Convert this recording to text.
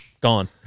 gone